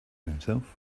himself